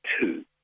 two